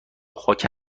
خاک